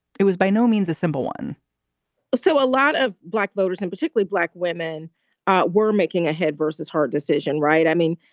it was by no means a simple one so a lot of black voters and particularly black women were making a head versus heart decision. right i mean,